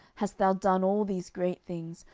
hast thou done all these great things,